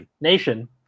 nation